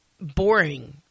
boring